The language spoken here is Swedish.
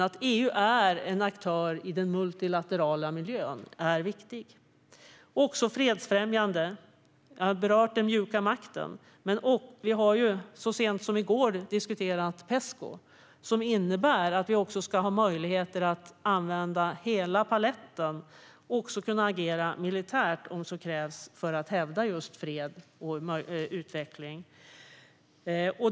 Att EU är en aktör i den multilaterala miljön är viktigt. Det är också fredsfrämjande. Jag har berört den mjuka makten. Vi diskuterade så sent som i går Pesco, som innebär att vi också ska ha möjligheter att använda hela paletten och också kunna agera militärt om det så krävs för att hävda fred och utveckling.